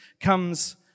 comes